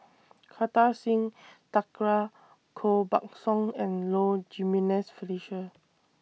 Kartar Singh Thakral Koh Buck Song and Low Jimenez Felicia